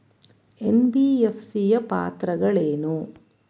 NBFC ಯ ಪಾತ್ರಗಳೇನು?